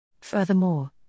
Furthermore